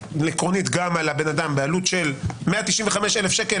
ועקרונית גם על הבן אדם בעלות של 195,000 ש"ח,